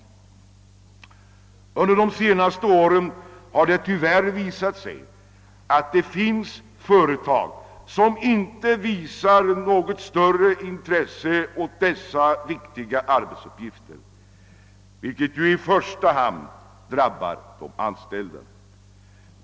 Under de senaste åren har det tyvärr visat sig att det finns företag, som inte har något större intresse för dessa viktiga arbetsuppgifter, vilket ju i första hand drabbar de anställda.